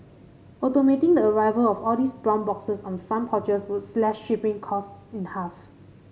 automating the arrival of all these brown boxes on front porches would slash shipping costs in the half